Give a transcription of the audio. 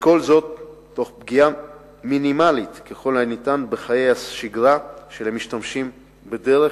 וכל זאת תוך פגיעה מינימלית ככל הניתן בחיי השגרה של המשתמשים בדרך,